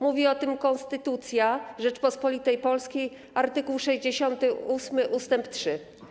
Mówi o tym Konstytucja Rzeczypospolitej Polskiej, art. 68 ust. 3.